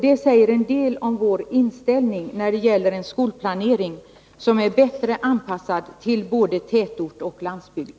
Det säger en del om vår inställning när det gäller en skolplanering som är bättre anpassad till både tätort och landsbygd.